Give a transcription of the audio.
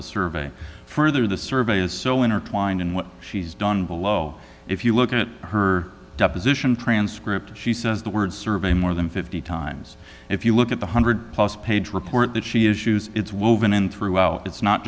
the survey further the survey is so intertwined in what she's done below if you look at her deposition transcript she says the word survey more than fifty times if you look at the one hundred plus page report that she issues it's woven in throughout it's not